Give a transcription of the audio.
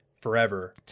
forever